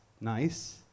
nice